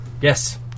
Yes